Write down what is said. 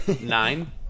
Nine